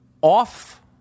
off